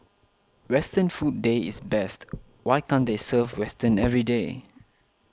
Western Food Day is best why can't they serve western everyday